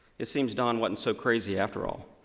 it seems don wasn't so crazy after all.